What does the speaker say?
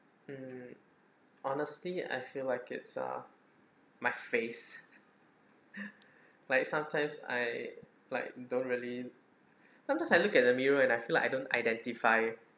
mm honestly I feel like it's uh my face like sometimes I like don't really sometimes I look at the mirror and I feel like I don't identify